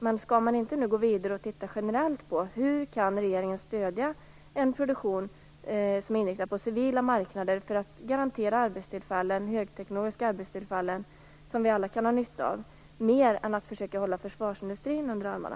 Men skall man nu inte gå vidare och generellt se på hur regeringen kan stödja en produktion som är inriktad på civila marknader, för att garantera högteknologiska arbetstillfällen som vi alla kan ha nytta av? Skall man inte göra det mer än att försöka hålla försvarsindustrin under armarna?